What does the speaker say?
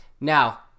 Now